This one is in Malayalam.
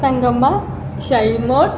തങ്കമ്മ ശൈമോൾ